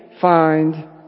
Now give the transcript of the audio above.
find